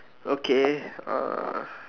okay uh